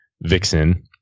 Vixen